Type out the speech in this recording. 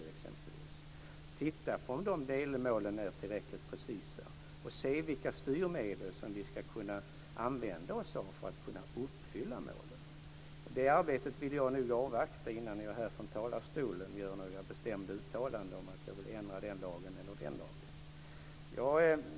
De ska titta på om delmålen är tillräckligt precisa och se vilka styrmedel som vi ska använda oss av för att kunna uppfylla målen. Det arbetet vill jag nog avvakta innan jag härifrån talarstolen gör några bestämda uttalanden om att jag vill ändra den lagen eller den lagen.